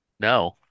No